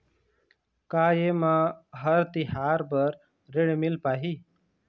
का ये म हर तिहार बर ऋण मिल पाही?